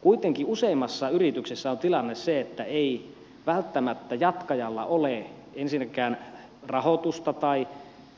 kuitenkin useimmissa yrityksissä on tilanne se että ei välttämättä jatkajalla ole ensinnäkään rahoitusta